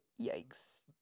yikes